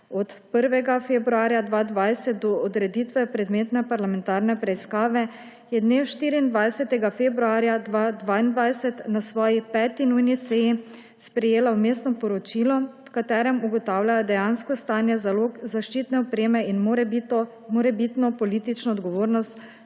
od 1. februarja 2020 do odreditve predmetne parlamentarne preiskave je dne 24. februarja 2022 na svoji peti nujni seji sprejela vmesno poročilo, v katerem ugotavljajo dejansko stanje zalog zaščitne opreme in morebitno politično odgovornost